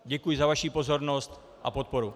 Děkuji za vaši pozornost a podporu.